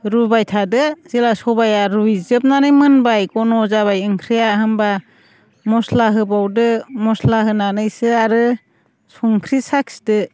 रुबाय थादो जेब्ला सबाया रुइजोबनानै मोनबाय गन' जाबाय ओंख्रिया होनबा मस्ला होबावदो मस्ला होनानैसो आरो संख्रि साखिदो